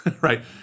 right